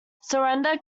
surrender